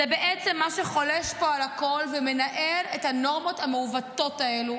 זה מה שחולש פה על הכול ומנהל את הנורמות המעוותות האלו